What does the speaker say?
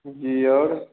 जी और